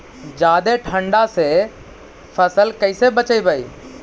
जादे ठंडा से फसल कैसे बचइबै?